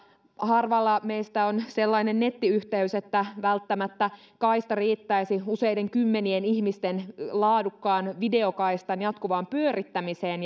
harvalla meistä on sellainen nettiyhteys että välttämättä kaista riittäisi useiden kymmenien ihmisten laadukkaan videokaistan jatkuvaan pyörittämiseen